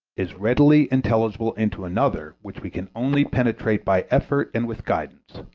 is readily intelligible into another which we can only penetrate by effort and with guidance,